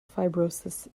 fibrosis